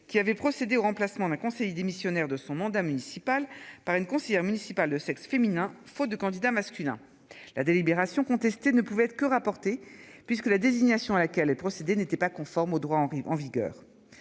qui avait procédé au remplacement d'un conseiller démissionnaire de son mandat municipal par une conseillère municipale de sexe féminin, faute de candidats masculins, la délibération contestée ne pouvait être que rapporté puisque la désignation à laquelle et procédé n'étaient pas conformes au droit en en vigueur.